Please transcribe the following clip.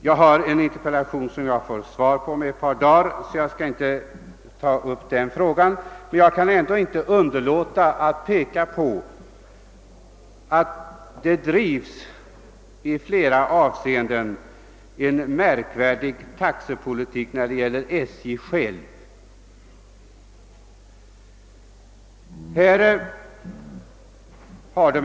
Jag har framställt en interpellation i detta ämne som jag får svar på om ett par dagar; jag skall därför inte ta upp den frågan i detalj. Men jag kan inte underlåta att påpeka att SJ driver en i flera avseenden märklig taxepolitik inom sig självt.